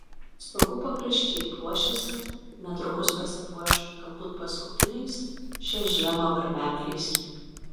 stogų pakraščiai puošiasi netrukus pasipuoš galbūt paskutiniais šią žiemą varvekliais